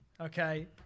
okay